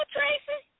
Tracy